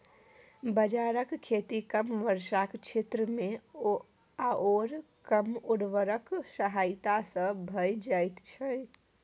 बाजराक खेती कम वर्षाक क्षेत्रमे आओर कम उर्वरकक सहायता सँ भए जाइत छै